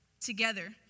together